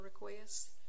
requests